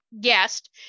guest